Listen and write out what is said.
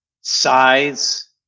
size